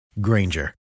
Granger